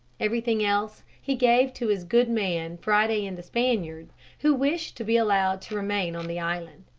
everything else he gave to his good man friday and the spaniard who wished to be allowed to remain on the island.